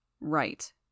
Right